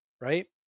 right